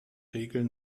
regel